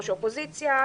ראש האופוזיציה,